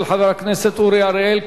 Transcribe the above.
של חבר הכנסת אורי אריאל,